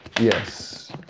Yes